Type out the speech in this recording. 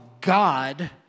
God